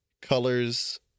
colors